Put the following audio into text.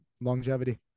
longevity